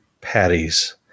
patties